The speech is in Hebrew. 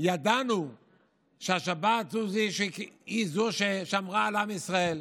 ידענו שהשבת היא ששמרה על עם ישראל.